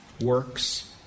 works